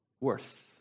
worth